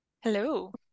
Hello